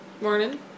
morning